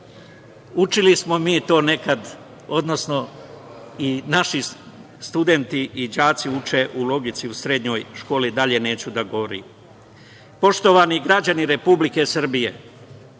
Učili smo mi to nekad, odnosno i naši studenti i đaci uče u logici, u srednjoj školi, dalje neću da govorim. Poštovani građani Republike Srbije,